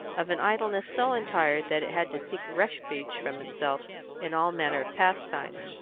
of an idleness so entire that it had to seek refuge from itself in all manner of pastimes,